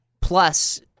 plus